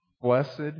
blessed